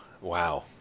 wow